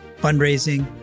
fundraising